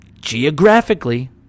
geographically